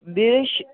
بیٚیہِ حظ چھِ